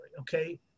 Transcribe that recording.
okay